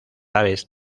aves